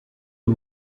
and